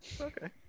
Okay